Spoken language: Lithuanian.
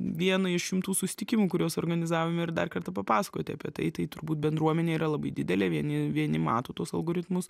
vieną iš šimtų susitikimų kuriuos organizavome ir dar kartą papasakoti apie tai tai turbūt bendruomenė yra labai didelė vieni vieni mato tuos algoritmus